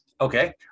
Okay